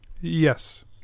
yes